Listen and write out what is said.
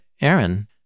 Aaron